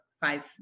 five